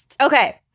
Okay